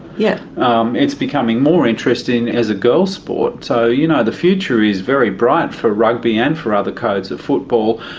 yeah um it's becoming more interest in as a girls sport, so you know the future is very bright for rugby and for other codes of football,